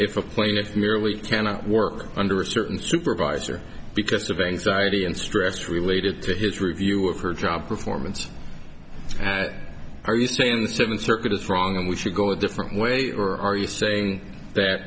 if a plaintiff merely cannot work under a certain supervisor because of a society and stress related to his review of her job performance are you saying the seventh circuit is wrong and we should go a different way or are you saying that